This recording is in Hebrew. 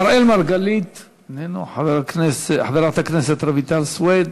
אראל מרגלית, איננו, חברת הכנסת רויטל סויד,